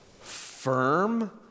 firm